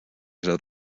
had